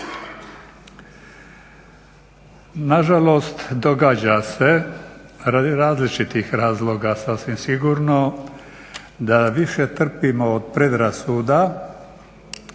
Na žalost događa se radi različitih razloga sasvim sigurno da više trpimo od predrasuda,